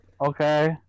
Okay